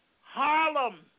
Harlem